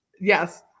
yes